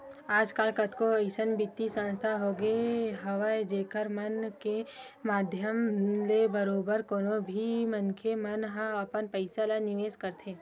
आजकल कतको अइसन बित्तीय संस्था होगे हवय जेखर मन के माधियम ले बरोबर कोनो भी मनखे मन ह अपन पइसा ल निवेस करथे